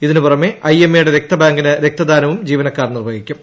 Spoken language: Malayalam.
ഇതിനുപുറമെ ഐഎൽഎ യുടെ രക്തബാങ്കിന് രക്തദാനവും ജീവനക്കാർ നിർവ്വഹിക്കും